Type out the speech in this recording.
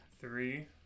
three